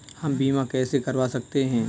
हम बीमा कैसे करवा सकते हैं?